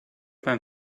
than